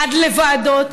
עד לוועדות,